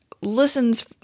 listens